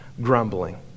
grumbling